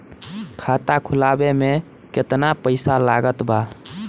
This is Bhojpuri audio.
खाता खुलावे म केतना पईसा लागत बा?